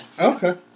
Okay